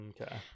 Okay